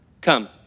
Come